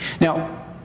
Now